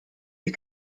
you